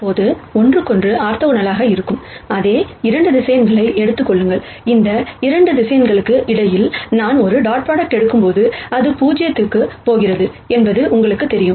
இப்போது ஒன்றுக்கொன்று ஆர்த்தோகனலாக இருக்கும் அதே 2 வெக்டர்ஸ் எடுத்துக் கொள்ளுங்கள் இந்த 2வெக்டர்ஸ் இடையில் நான் ஒரு டாட் ப்ராடக்ட் எடுக்கும்போது அது 0 க்குப் போகிறது என்பது உங்களுக்குத் தெரியும்